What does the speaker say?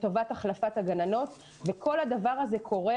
לטובת החלפת הגננות וכל הדבר הזה קורה